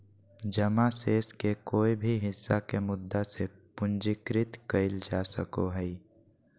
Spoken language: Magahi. जमा शेष के कोय भी हिस्सा के मुद्दा से पूंजीकृत कइल जा सको हइ